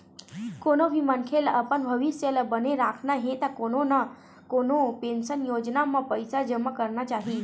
कोनो भी मनखे ल अपन भविस्य ल बने राखना हे त कोनो न कोनो पेंसन योजना म पइसा जमा करना चाही